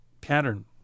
pattern